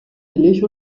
billig